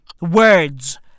Words